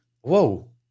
whoa